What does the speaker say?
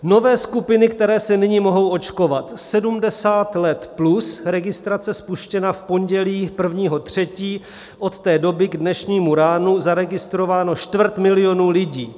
Nové skupiny, které se nyní mohou očkovat, 70 let plus: registrace spuštěna v pondělí 1. 3. od té doby k dnešnímu ránu zaregistrováno čtvrt milionu lidí.